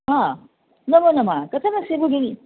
हा नमोनमः कथमस्ति भगिनी